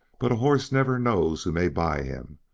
but a horse never knows who may buy him,